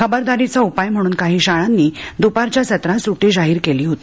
खबरदारीचा उपाय म्हणून काही शाळांनी दुपारच्या सत्रात सुटी जाहीर केली होती